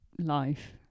life